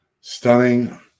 stunning